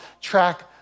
track